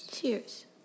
Cheers